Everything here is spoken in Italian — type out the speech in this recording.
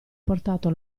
portato